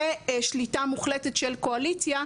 ושליטה מוחלטת של קואליציה,